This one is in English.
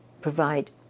provide